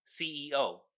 CEO